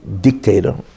dictator